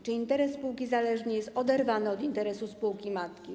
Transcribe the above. Czy interes spółki zależnej jest oderwany od interesu spółki matki?